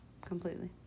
Completely